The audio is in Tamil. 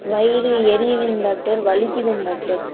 வயிறு எரியிதுங்க டாக்டர் வலிக்குதுங்க டாக்டர்